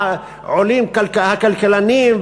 עולים הכלכלנים,